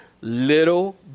little